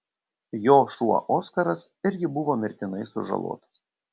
jo šuo oskaras irgi buvo mirtinai sužalotas